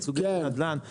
את סוגיות הנדל"ן,